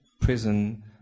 prison